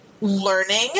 learning